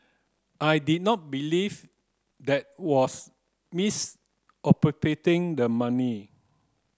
I did not believe that was misappropriating the money